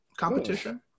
competition